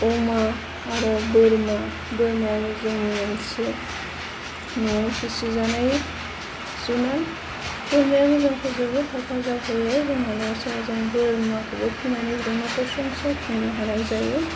अमा आरो बोरमा बोरमायाबो जोंनि मोनसे न'आव फिसिजानाय जुनार बोरमायाबो जोंखौ जोबोद हेफाजाब होयो जों माब्लाबा समाव जों बोरमाखौबो फिसिनानै जों न'खर संसार खुंनो हानाय जायो